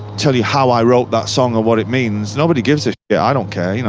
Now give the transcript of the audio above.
tell you how i wrote that song or what it means, nobody gives a shit, i don't care, you know,